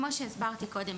כמו שהסברתי קודם,